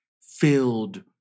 filled